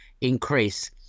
increase